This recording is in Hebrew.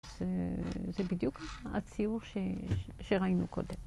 זה בדיוק הציור שראינו קודם.